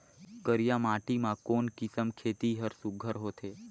करिया माटी मा कोन किसम खेती हर सुघ्घर होथे?